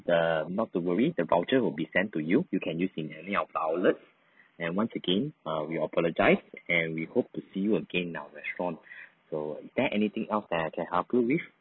uh not to worry the voucher will be sent to you you can use in any of our outlets and once again err we apologise and we hope to see you again in our restaurant so is there anything else that I can help you with